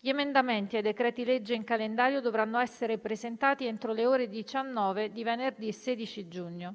Gli emendamenti ai decreti-legge in calendario dovranno essere presentati entro le ore 19 di venerdì 16 giugno.